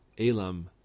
Elam